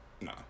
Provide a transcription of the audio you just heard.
No